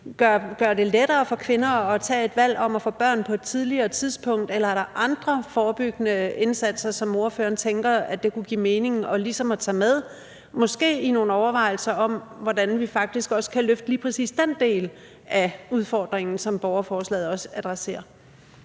gøre det lettere for kvinder at tage et valg om at få børn på et tidligere tidspunkt? Eller er der andre forebyggende indsatser, som ordføreren tænker kunne give mening ligesom at tage med, måske i nogle overvejelser om, hvordan vi faktisk også kan løfte lige præcis den del af udfordringen, som borgerforslaget også adresserer?